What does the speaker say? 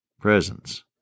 presence